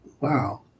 wow